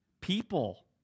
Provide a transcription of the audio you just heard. people